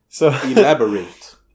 Elaborate